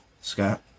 Scott